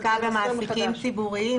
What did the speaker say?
לכתוב מחדש.